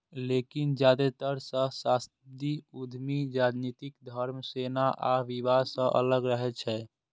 लेकिन जादेतर सहस्राब्दी उद्यमी राजनीति, धर्म, सेना आ विवाह सं अलग रहै छै